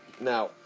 Now